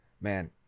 man